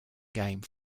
game